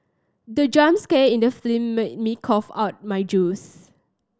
the jump scare in the film made me cough out my juice